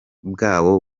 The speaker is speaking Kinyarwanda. bwabo